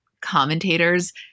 commentators